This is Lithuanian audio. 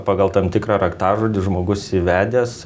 pagal tam tikrą raktažodį žmogus įvedęs